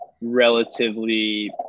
relatively